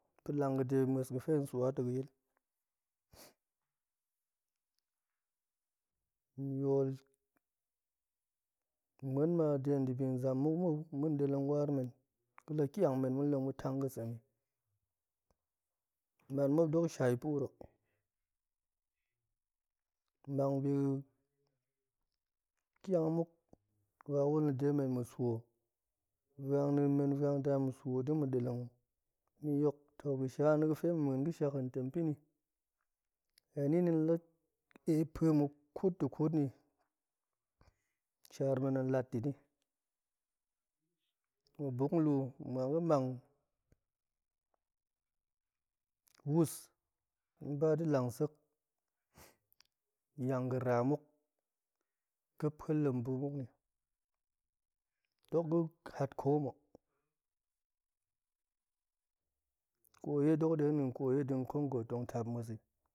Ga̱ lang ga̱de ma̱s ga̱fe hen swa to ga̱yil hen yol ma̱ muan ma zam dedibi muk mu tong ma̱ deleng war men ga̱la kiang men ma̱leng tong ma̱ tang ga̱ semi ga̱man ma̱p dok shai puroo, mang bi ga̱ kiang muk wawul ni demen ma̱ swo vuang nien men vuang nda ma̱ swo dema̱ deleng ma̱ yok to ga̱shana̱ ga̱fe ma̱ muan ga̱ shak hen tem pa̱ni heni ni la ep pa̱muk ƙut de ƙut ni shar men tong lat deni ma̱ buk lu muan ga̱ mang wus ba ga̱ lang sek yang ga̱ra muk ga̱p pa̱ lembu muk ni dok ga̱ hat ƙoom hok koye dok dedin koye do congo tong tap musi,